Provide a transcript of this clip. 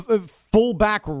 fullback